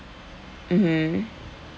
mmhmm